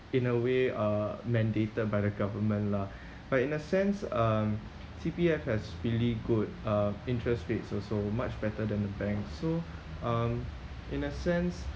in a way uh mandated by the government lah but in a sense um C_P_F has really good uh interest rates also much better than the bank so um in a sense